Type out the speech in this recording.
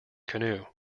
canoe